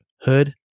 Hood